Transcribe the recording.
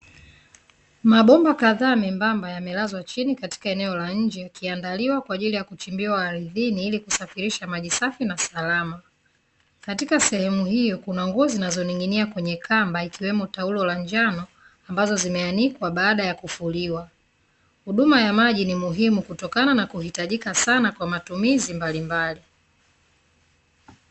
Mabomba kadhaa membamba yamelazwa chini katika eneo la nje yakiandaliwa kwa ajili ya kuchimbiwa ardhini ili kusafirisha maji safi na salama. Katika sehemu hiyo kuna nguo zinazoning'inia kwenye kamba ikiwemo taulo la njano ambazo zimeanikwa baada ya kufuliwa. Huduma ya maji ni muhimu kutokana na kuhitajika sana kwa matumizi mbalimbali.